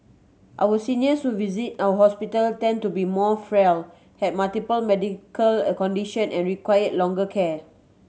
our seniors who visit our hospital tend to be more frail have multiple medical a condition and require longer care